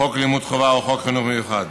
חוק לימוד חובה או חוק חינוך מיוחד,